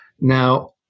Now